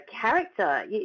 character